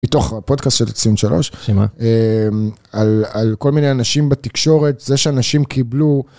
בתוך הפודקאסט של 23. שמה? על כל מיני אנשים בתקשורת, זה שאנשים קיבלו...